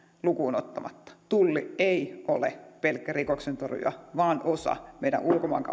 lukuun ottamatta tulli ei ole pelkkä rikoksentorjuja vaan osa meidän